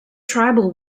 tribal